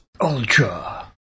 Ultra